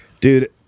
Dude